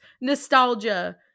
nostalgia